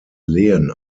lehen